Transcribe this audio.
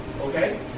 Okay